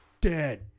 dead